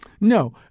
No